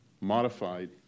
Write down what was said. modified